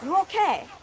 ok?